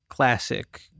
classic